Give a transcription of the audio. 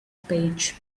page